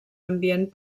ambient